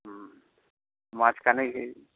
হুম মাঝখানে কি